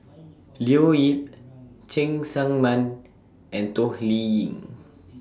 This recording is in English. Leo Yip Cheng Tsang Man and Toh Liying